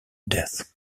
death